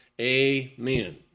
Amen